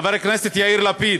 חבר הכנסת יאיר לפיד,